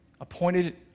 appointed